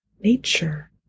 nature